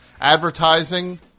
Advertising